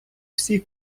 всій